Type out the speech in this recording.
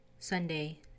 Sunday